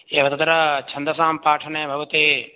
एव तत्र छन्दसां पाठने भवती